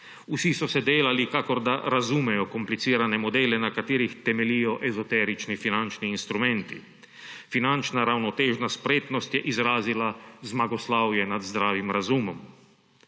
Vsi so se delali, kakor da razumejo komplicirane modele, na katerih temeljijo ezoterični finančni instrumenti. Finančna ravnotežna spretnost je izrazila zmagoslavje nad zdravim razumom.